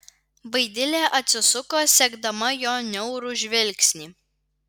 vaidilė atsisuko sekdama jo niaurų žvilgsnį